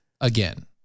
Again